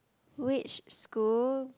which school